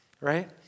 right